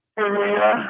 Maria